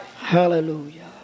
Hallelujah